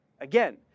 again